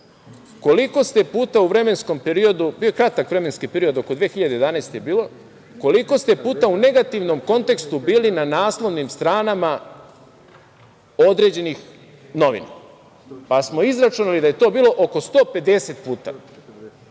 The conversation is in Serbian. koliko ste puta u vremenskom periodu, bio je kratak vremenski period, oko 2011. godine je bilo, koliko ste puta u negativnom kontekstu bili na naslovnim stranama određenih novina. Izračunali smo da je to bilo blizu 150 puta,